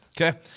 Okay